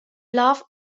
bluff